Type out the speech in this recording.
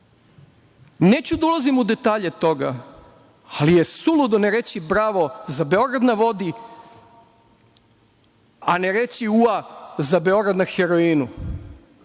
Neću da ulazim u detalje toga, ali je suludo ne reći bravo za „Beograd na vodi“, a ne reći ua za Beograd na heroinu